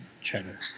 cheddar